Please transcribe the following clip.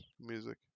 music